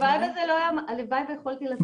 הלוואי וזה לא היה, הלוואי ויכולתי לתת יותר.